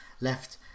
left